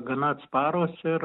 gana atsparūs ir